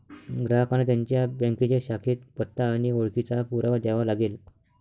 ग्राहकांना त्यांच्या बँकेच्या शाखेत पत्ता आणि ओळखीचा पुरावा द्यावा लागेल